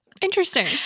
Interesting